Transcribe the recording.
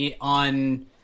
on